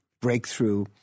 breakthrough